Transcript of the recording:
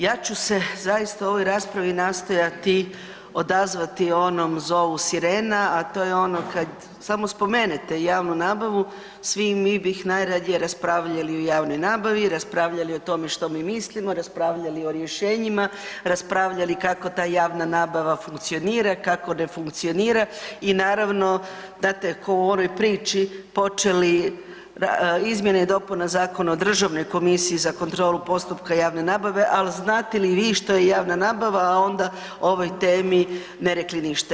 Ja ću se zaista u ovoj raspravi nastojati odazvati onom zovu sirena, a to je ono kad samo spomenete javnu nabavu svi mi bih najradije raspravljali o javnoj nabavi, raspravljali o tome što mi mislimo, raspravljali o rješenjima, raspravljali kako ta javna nabava funkcionira, kako ne funkcionira i naravno znate ko u onoj priči počeli izmjene i dopuna Zakona o državnoj komisiji za kontrolu postupka javne nabave, al znate li vi što je javna nabava, a onda o ovoj temi ne rekli ništa.